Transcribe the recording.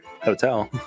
hotel